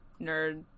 nerd